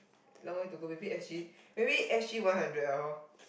no way to go maybe SG maybe SG one hundred lor